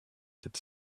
that